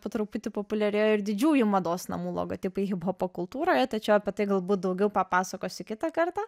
po truputį populiarėjo ir didžiųjų mados namų logotipai hiphopo kultūroje tačiau apie tai galbūt daugiau papasakosiu kitą kartą